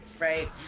right